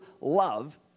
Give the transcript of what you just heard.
love